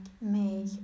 make